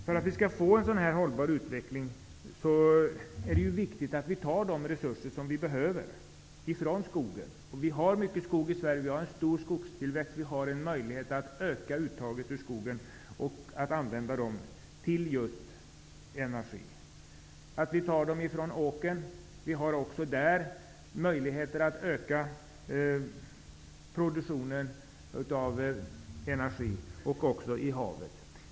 För att vi skall få en hållbar utveckling är det viktigt att vi tar de resurser som vi behöver från skogen. Vi har mycket skog i Sverige. Vi har en stor skogstillväxt, och vi har en möjlighet att öka uttaget ur skogen och att använda skogen till just energi. Vi kan ta råvara från åkern. Vi har också där, liksom även i havet, möjlighet att öka produktionen av energi.